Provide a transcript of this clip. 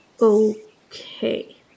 Okay